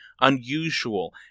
unusual